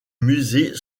musée